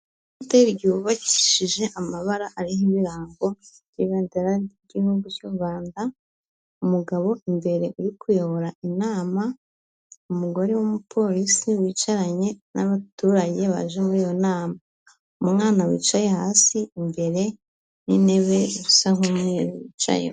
Hotel yubakishije amabara ariho ibirango by'ibendera ry'igihugu cy'u Rwanda, umugabo imbere uri kuyobora inama, umugore w'umupolisi wicaranye n'abaturage baje muri iyo nama. Umwana wicaye hasi imbere n'intebe isa nk'umweru yicayeho.